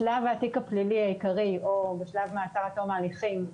בשלב התיק הפלילי העיקרי או בשלב מעצר עד תום ההליכים,